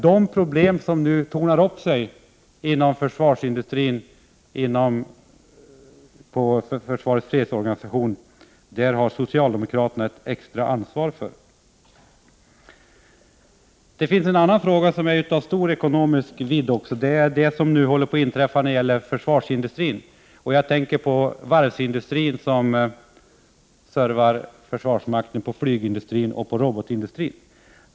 De problem som nu tornar upp sig inom försvarsindustrin inom försvarets fredsorganisation har socialdemokraterna ett extra ansvar för. En annan fråga som är av stor ekonomisk vidd gäller det som nu håller på att inträffa när det gäller försvarsindustrin. Jag tänker på varvsindustrin, som servar försvarsmakten, på flygindustrin och på robotindustrin.